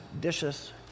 dishes